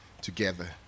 together